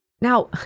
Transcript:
Now